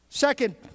Second